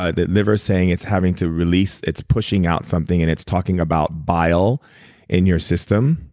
ah the liver is saying it's having to release, it's pushing out something and it's talking about bile in your system.